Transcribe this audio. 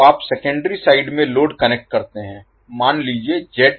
तो यदि आप सेकेंडरी साइड में लोड कनेक्ट करते हैं मान लीजिये